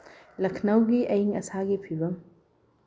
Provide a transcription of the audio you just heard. ꯂꯈꯅꯧꯒꯤ ꯑꯏꯪ ꯑꯁꯥꯒꯤ ꯐꯤꯕꯝ